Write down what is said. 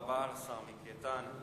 תודה רבה לשר מיקי איתן.